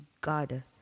God